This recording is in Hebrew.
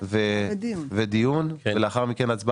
לאחר מכן מן הסתם ההליך הוא הליך של הקראה ודיון,